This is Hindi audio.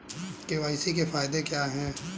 के.वाई.सी के फायदे क्या है?